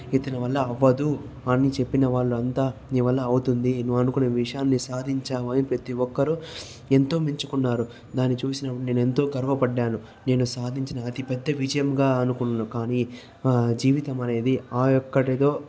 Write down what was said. ఇతని వల్ల అవ్వదు అని చెప్పిన వాళ్లంతా నీవల్ల అవుతుంది నువ్వు అనుకున్న విషయాన్ని సాధించావు అని ప్రతి ఒక్కరూ ఎంతో మెచ్చుకున్నారు దాన్ని చూసినప్పుడు నేను ఎంతో గర్వపడ్డాను నేను సాధించిన అతిపెద్ద విజయంగా అనుకున్నాను కానీ జీవితమనేది ఆ ఒక్కటితో